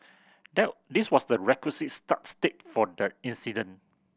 this was the requisite start state for the incident